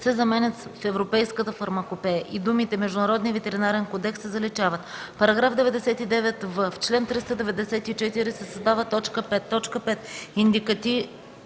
се заменят с „в Европейската фармакопея” и думите „Международния ветеринарен кодекс” се заличават. § 99в. В чл. 394 се създава т. 5: „5.